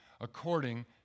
according